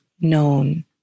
known